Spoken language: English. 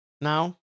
now